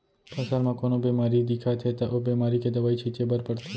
फसल म कोनो बेमारी दिखत हे त ओ बेमारी के दवई छिंचे बर परथे